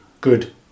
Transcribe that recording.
good